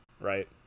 right